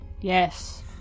yes